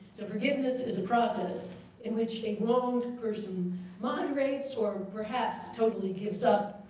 so forgiveness is a process in which a wronged person moderates, or perhaps totally gives up,